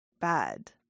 bad